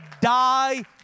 die